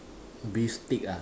beef steak ah